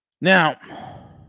Now